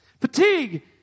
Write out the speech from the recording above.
Fatigue